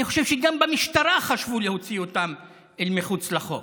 אני חושב שגם במשטרה חשבו להוציא אותם אל מחוץ לחוק.